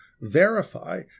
verify